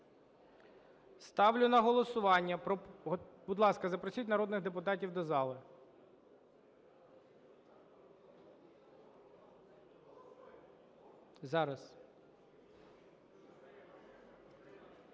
Ставлю на голосування… Будь ласка, запросіть народних депутатів до зали. Зараз.